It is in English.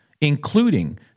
including